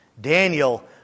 Daniel